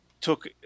took